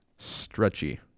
stretchy